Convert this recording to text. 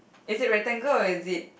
is it rectangle or is it